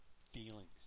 feelings